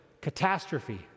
catastrophe